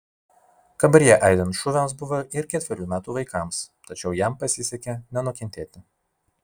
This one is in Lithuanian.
kambaryje aidint šūviams buvo ir ketverių metų vaikams tačiau jam pasisekė nenukentėti